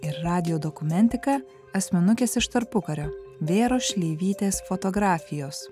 ir radijo dokumentika asmenukės iš tarpukario vėros šleivytės fotografijos